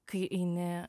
kai eini